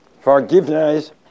forgiveness